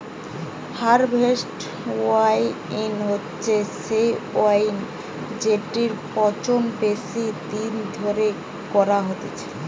harvest wine হচ্ছে সেই wine জেটির পচন বেশি দিন ধরে করা হতিছে